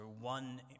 one